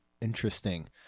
interesting